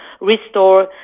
restore